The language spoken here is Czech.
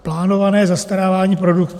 Plánované zastarávání produktů.